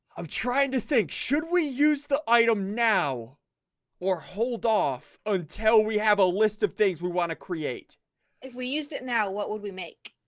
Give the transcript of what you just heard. trying to think should we use the item now or hold off until we have a list of things we want to create if we use it now. what would we make?